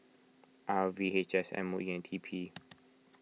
R V H S M O E and T P